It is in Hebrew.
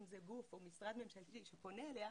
אם זה גוף או משרד ממשלתי שפונה אליה,